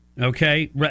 okay